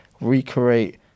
recreate